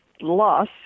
loss